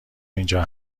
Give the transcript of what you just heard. اینجا